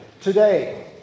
today